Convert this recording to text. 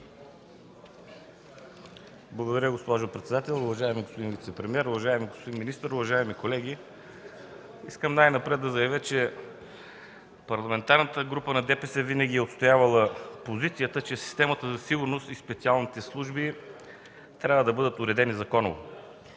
Благодаря, госпожо председател. Уважаеми господин вицепремиер, уважаеми господин министър, уважаеми колеги! Искам най-напред да заявя, че Парламентарната група на ДПС винаги е отстоявала позицията, че системата за сигурност и специалните служби трябва да бъдат уредени законово.